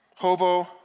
Hovo